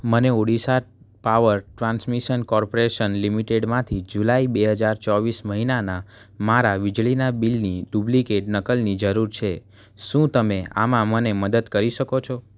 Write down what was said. મને Odisha power transmission corporation લિમિટેડમાંથી July બે હજાર ચોવીસ મહિનાના મારા વીજળીના બિલની ડુપ્લિકેટ નકલની જરૂર છે શું તમે આમાં મને મદદ કરી શકો